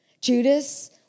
Judas